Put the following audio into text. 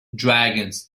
dragons